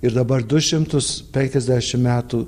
ir dabar du šimtus penkiasdešim metų